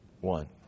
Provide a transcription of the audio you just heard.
one